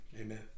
amen